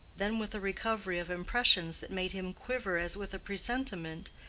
then with a recovery of impressions that made him quiver as with a presentiment,